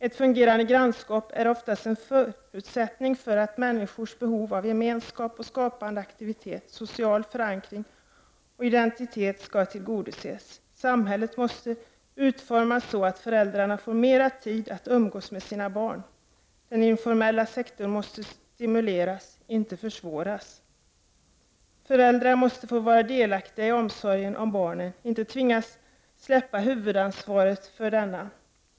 Ett fungerande grannskap är oftast en förutsättning för att människors behov av gemenskap, skapande aktivitet, social förankring och identitet skall tillgodoses. Samhället måste utformas så att föräldrarna får mera tid att umgås med sina barn. Den informella sektorn måste stimuleras, inte motarbetas. Föräldrar måste få vara delaktiga i omsorgen om barnen och inte tvingas att släppa huvudansvaret för denna.